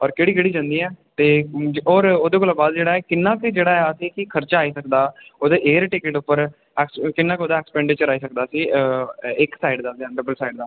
और केह्ड़ी केह्ड़ी जंदी ऐ ते और ओह्दे कोला बाद किन्ना क जेह्ड़ा ऐ असें गी खर्चा आई सकदा ओह्दे एयर टिकट उप्पर अस किन्ना क ओह्दा एक्सपैंडिचर आई सकदा इक साइड दा जां डबल साइड दा